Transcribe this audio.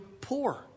poor